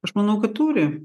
aš manau kad turi